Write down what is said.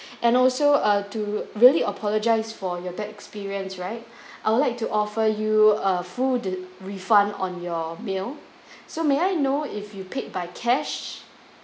and also err to really apologise for your bad experience right I would like to offer you a full refund on your bill so may I know if you paid by cash